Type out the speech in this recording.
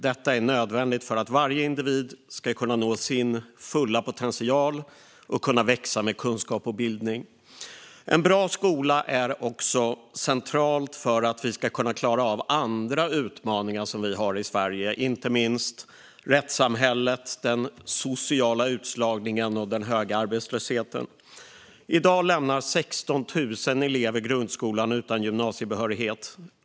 Detta är nödvändigt för att varje individ ska kunna nå sin fulla potential och kunna växa med kunskap och bildning. En bra skola är också centralt för att vi ska kunna klara av andra utmaningar som vi har i Sverige, inte minst när det gäller rättssamhället, den sociala utslagningen och den höga arbetslösheten. I dag lämnar 16 000 elever grundskolan utan gymnasiebehörighet.